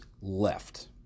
left